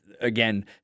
again